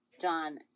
John